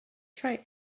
try